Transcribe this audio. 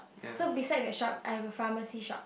so beside that shop I have a pharmacy shop